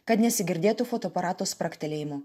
kad nesigirdėtų fotoaparato spragtelėjimų